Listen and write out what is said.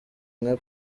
nka